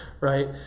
right